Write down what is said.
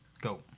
Go